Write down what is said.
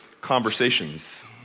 conversations